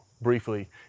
briefly